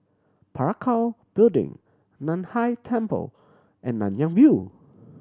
Parakou Building Nan Hai Temple and Nanyang View